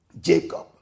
Jacob